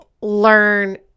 learn